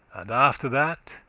and, after that,